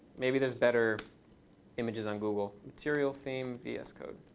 maybe there's better images on google. material theme vs code.